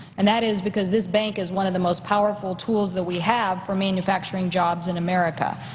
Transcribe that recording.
and that is because this bank is one of the most powerful tools that we have for manufacturing jobs in america.